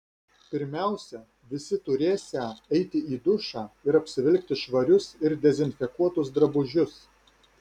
pirmiausia visi turėsią eiti į dušą ir apsivilkti švarius ir dezinfekuotus drabužius